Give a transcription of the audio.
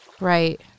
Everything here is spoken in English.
Right